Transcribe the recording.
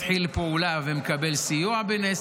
מתחיל פעולה ומקבל סיוע בנס,